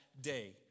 day